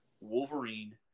Wolverine